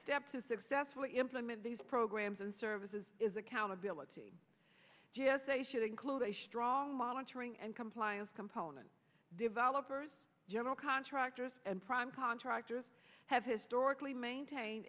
step to successfully implement these programs and services is accountability g s a should include a strong monitoring and compliance component developers general contractors and prime contractors have historically maintain